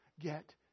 get